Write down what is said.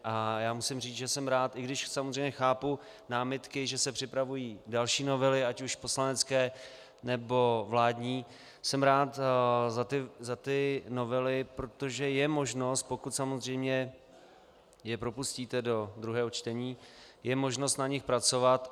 A já musím říci, že jsem rád, i když samozřejmě chápu námitky, že se připravují další novely, ať už poslanecké, nebo vládní, jsem rád za ty novely, protože je možnost, pokud samozřejmě je propustíte do druhého čtení, je možnost na nich pracovat.